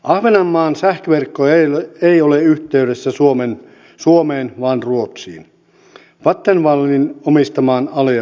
ahvenanmaan sähköverkko ei ole yhteydessä suomeen vaan ruotsiin vattenfallin omistamaan alueverkkoon